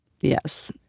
Yes